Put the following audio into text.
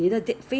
脸 leh